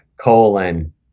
colon